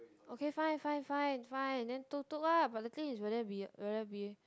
okay fine fine fine fine then tuk-tuk ah but the thing is will there be a will there be